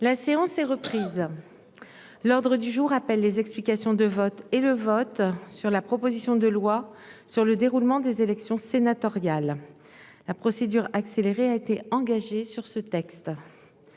La séance est reprise. L'ordre du jour appelle les explications de vote et le vote sur la proposition de loi sur le déroulement des élections sénatoriales. La procédure accélérée a été engagée sur ce texte.